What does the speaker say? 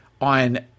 on